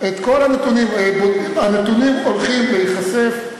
הנתונים הולכים להיחשף,